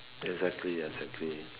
exactly exactly